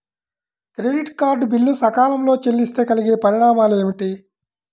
Credit card bill సకాలంలో చెల్లిస్తే కలిగే పరిణామాలేమిటి?